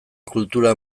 kultura